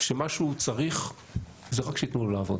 שמה שהוא צריך זה רק שייתנו לו לעבוד.